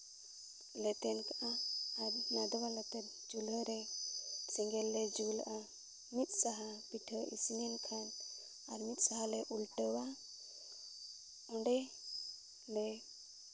ᱞᱮ ᱛᱮᱱ ᱠᱟᱜᱼᱟ ᱟᱨ ᱱᱟᱫᱽᱣᱟ ᱞᱟᱛᱟᱨ ᱪᱩᱞᱦᱟᱹ ᱨᱮ ᱥᱮᱸᱜᱮᱞ ᱞᱮ ᱡᱩᱞ ᱟᱜᱼᱟ ᱢᱤᱫ ᱥᱟᱦᱟ ᱯᱤᱴᱷᱟᱹ ᱤᱥᱤᱱ ᱮᱱ ᱠᱷᱟᱱ ᱟᱨ ᱢᱤᱫ ᱥᱟᱦᱟ ᱞᱮ ᱩᱞᱴᱟᱹᱣᱟ ᱚᱸᱰᱮ ᱞᱮ